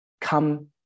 come